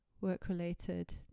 Work-related